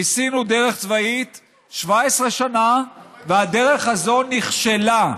ניסינו דרך צבאית 17 שנה והדרך הזו נכשלה.